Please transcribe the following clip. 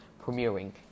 premiering